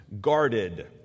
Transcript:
guarded